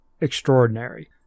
extraordinary